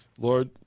Lord